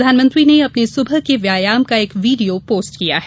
प्रधानमंत्री ने अपने सुबह के व्यायाम एक वीडियो पोस्ट किया है